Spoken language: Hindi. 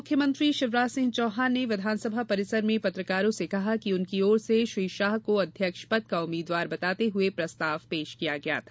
पूर्व मुख्यमंत्री शिवराज सिंह चौहान ने विधानसभा परिसर में पत्रकारों से कहा कि उनकी ओर से श्री शाह को अध्यक्ष पद का उम्मीदवार बताते हुए प्रस्ताव पेश किया गया था